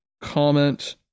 comment